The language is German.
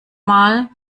mal